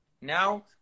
Now